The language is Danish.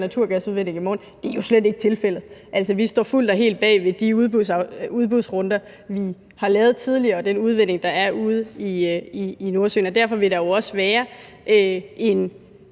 naturgasudvindingen i morgen. Det er jo slet ikke tilfældet. Vi står fuldt og helt bag de udbudsrunder, der er lavet tidligere, og den udvinding, der er ude i Nordsøen. Derfor vil der også være en